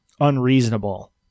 unreasonable